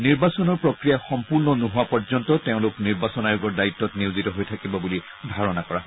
নিৰ্বাচনৰ প্ৰক্ৰিয়া সম্পূৰ্ণ নোহোৱা পৰ্যন্ত তেওঁলোক নিৰ্বাচন আয়োগৰ দায়িত্বত নিয়োজিত হৈ থাকিব বুলি ধাৰণা কৰা হৈছে